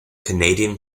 canadian